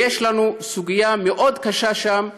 ויש לנו סוגיה מאוד קשה שם,